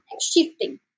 shifting